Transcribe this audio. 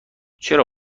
چرا